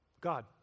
God